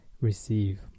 receive